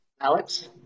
Alex